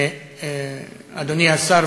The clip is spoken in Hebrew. אדוני השר,